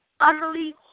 utterly